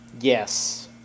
Yes